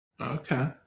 Okay